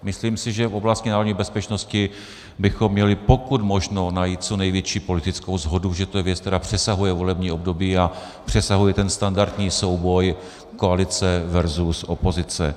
Myslím si, že v oblasti národní bezpečnosti bychom měli, pokud možno, najít co největší politickou shodu, protože to je věc, která přesahuje volební období a přesahuje ten standardní souboj koalice versus opozice.